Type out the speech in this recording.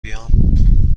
بیام